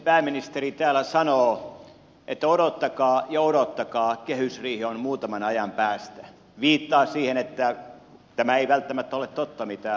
pääministeri täällä sanoo että odottakaa ja odottakaa kehysriihi on muutaman ajan päästä viittaa siihen että tämä ei välttämättä ole totta mitä huhuna on kerrottu